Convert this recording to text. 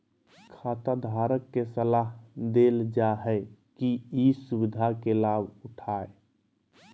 खाताधारक के सलाह देल जा हइ कि ई सुविधा के लाभ उठाय